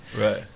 Right